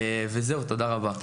תודה רבה.